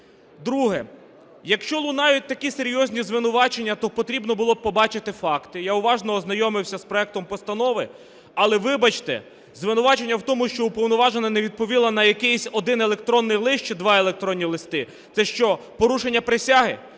Друге: якщо лунають такі серйозні звинувачення, то потрібно було б побачити факти. Я уважно ознайомився з проектом постанови, але, вибачте, звинувачення в тому, що Уповноважена не відповіла на якийсь один електронний лист, чи два електронні листи, - це що, порушення присяги?